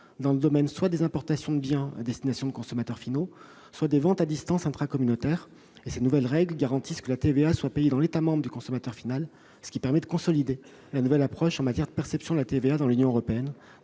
dans le domaine soit des importations de biens à destination de consommateurs finaux, soit des ventes à distance intracommunautaires. Les nouvelles règles garantissent le paiement de la TVA dans l'État membre du consommateur final. Cela permet de consolider la nouvelle approche en matière de perception de la TVA dans l'Union européenne